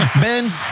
Ben